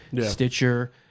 Stitcher